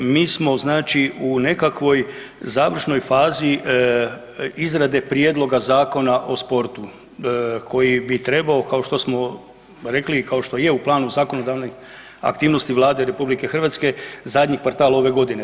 Mi smo znači u nekakvoj završnoj fazi izrade prijedloga Zakona o sportu koji bi trebao kao što smo rekli i kao što je u planu zakonodavne aktivnosti Vlade RH zadnji kvartal ove godine.